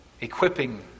equipping